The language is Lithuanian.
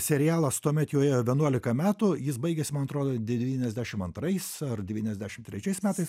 serialas tuomet jau ėjo vienuolika metų jis baigės man atrodo devyniasdešim antrais ar devyniasdešim trečiais metais